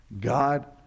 God